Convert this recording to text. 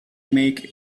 make